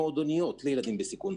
אם זה במועדוניות לילדים בסיכון,